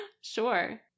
Sure